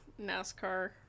NASCAR